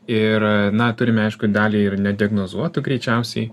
ir na turime aišku dalį ir nediagnozuotų greičiausiai